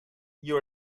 you